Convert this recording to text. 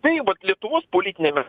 tai vat lietuvos politiniame